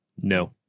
No